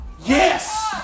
Yes